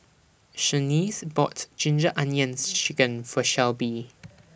Shaniece bought Ginger Onions Chicken For Shelby